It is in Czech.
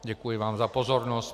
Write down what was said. Děkuji vám za pozornost.